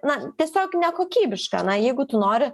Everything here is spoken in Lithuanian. na tiesiog nekokybiška na jeigu tu nori